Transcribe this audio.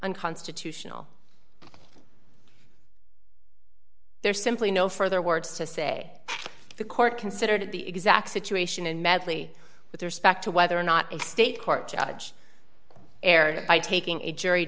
unconstitutional there's simply no further words to say the court considered the exact situation in medley with respect to whether or not a state court judge erred by taking a jury